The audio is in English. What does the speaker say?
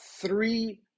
three